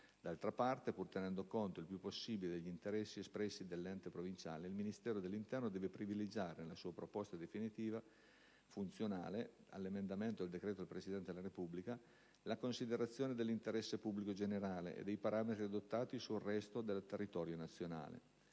D'altra parte, pur tenendo conto il più possibile degli interessi espressi dall'ente provinciale, il Ministro dell'interno deve privilegiare, nella sua proposta definitiva, funzionale all'emanazione del decreto del Presidente della Repubblica, la considerazione dell'interesse pubblico generale e dei parametri adottati sul resto del territorio nazionale.